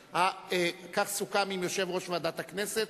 כך סוכם עם יושב-ראש ועדת הכנסת.